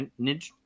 Ninja